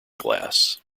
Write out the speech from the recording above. glass